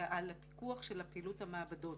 ועל הפיקוח של פעילות המעבדות.